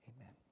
amen